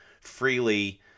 freely